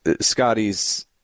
Scotty's